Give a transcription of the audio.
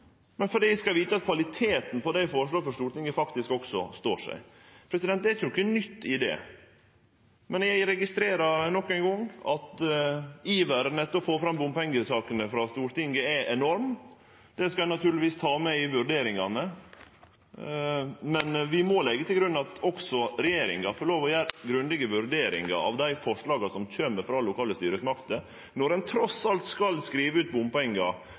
fordi eg skal vite at kvaliteten på det eg føreslår for Stortinget, står seg. Det er ikkje noko nytt i det. Men eg registrerer nok ein gong at iveren frå Stortinget etter å få fram bompengesakene er enorm. Det skal eg naturlegvis ta med i vurderingane. Men vi må leggje til grunn at regjeringa får lov til å gjere grundige vurderingar av dei forslaga som kjem frå lokale styresmakter, når ein trass alt skal skrive ut